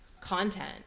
content